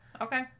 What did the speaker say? Okay